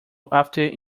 after